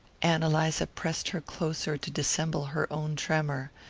ann eliza pressed her closer to dissemble her own tremor.